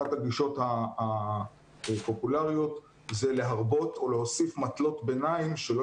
אחת הגישות הפופולריות זה להרבות או להוסיף מטלות ביניים שלא